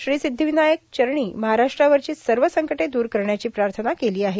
श्री सिद्धिविनायक चरणी महाराष्ट्रावरची सर्व संकटे दूर करण्याची प्रार्थना केली आहे